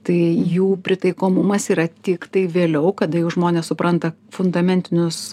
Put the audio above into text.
tai jų pritaikomumas yra tiktai vėliau kada jau žmonės supranta fundamentinius